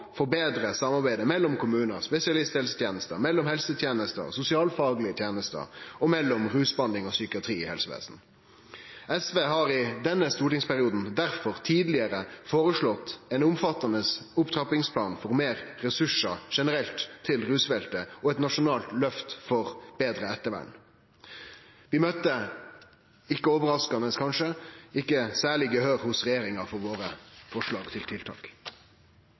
forbetre samarbeidet mellom kommunar og spesialisthelsetenester, mellom helsetenester og sosialfaglege tenester og mellom rusbehandling og psykiatri i helsevesenet. SV har i denne stortingsperioden derfor tidlegare foreslått ein omfattande opptrappingsplan for meir ressursar generelt til rusfeltet og eit nasjonalt løft for betre ettervern. Vi møter – ikkje overraskande, kanskje – ikkje særleg gehør hos regjeringa for våre forslag til tiltak.